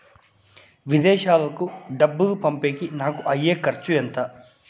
విదేశాలకు డబ్బులు పంపేకి నాకు అయ్యే ఖర్చు ఎంత?